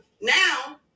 now